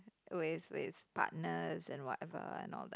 with with partners and whatever and all that